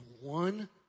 one